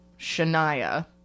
Shania